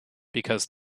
because